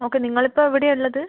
okay നിങ്ങൾ ഇപ്പോൾ എവിടെയാണ് ഉള്ളത്